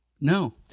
No